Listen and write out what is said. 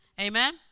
Amen